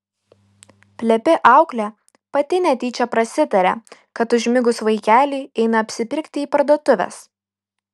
plepi auklė pati netyčia prasitarė kad užmigus vaikeliui eina apsipirkti į parduotuves